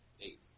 Eight